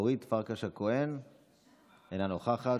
אינה נוכחת,